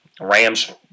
Rams